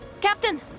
captain